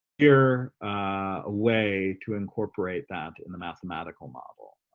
your way to incorporate that in the mathematical model,